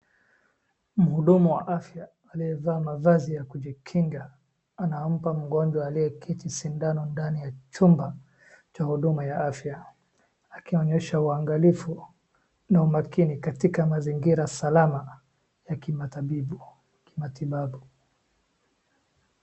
Mhudumu wa afya aliyevaa mavazi ya kujikinga anampa mgonjwa aliyeketi sindano ndani ya chumba cha huduma ya afya. Akionyesha uangalifu na umakini katika mazingira salama ya kimatibabu.